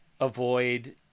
avoid